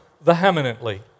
vehemently